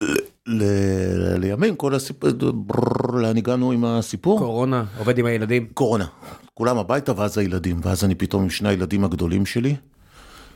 לימים כל הסיפור, פרררר, לאן הגענו עם הסיפור? קורונה ,עובד עם הילדים, קורונה. כולם הביתה ואז הילדים ואז אני פתאום עם שני הילדים הגדולים שלי.